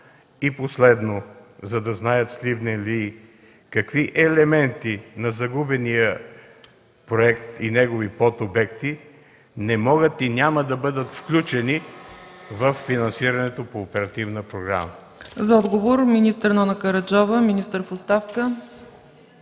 И последно, за да знаят сливналии, какви елементи на загубения проект и негови подобекти не могат и няма да бъдат включени във финансирането по оперативна програма?